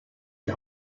die